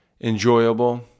enjoyable